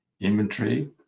inventory